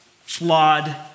flawed